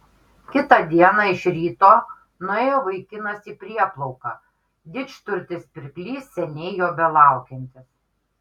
kitą dieną iš ryto nuėjo vaikinas į prieplauką didžturtis pirklys seniai jo belaukiantis